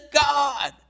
God